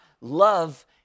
love